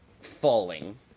falling